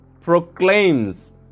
proclaims